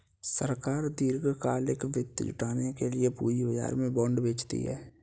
सरकार दीर्घकालिक वित्त जुटाने के लिए पूंजी बाजार में बॉन्ड बेचती है